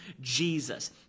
Jesus